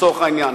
לצורך העניין.